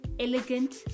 elegant